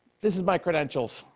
this is my credentials.